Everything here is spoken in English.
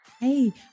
Hey